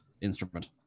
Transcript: instrument